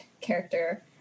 character